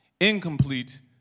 incomplete